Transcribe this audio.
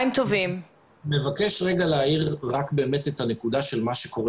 אני מבקש להעיר את הנקודה של מה שקורה